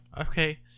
Okay